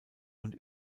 und